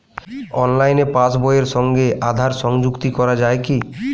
অনলাইনে পাশ বইয়ের সঙ্গে আধার সংযুক্তি করা যায় কি?